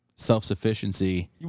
self-sufficiency